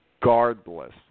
regardless